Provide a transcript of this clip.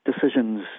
decisions